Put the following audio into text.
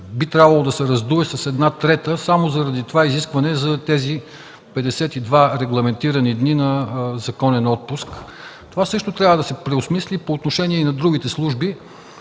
би трябвало да се раздуе с една трета, само заради изискването за тези 52 регламентирани дни на законен отпуск. Това също трябва да се преосмисли по отношение и на другите служби.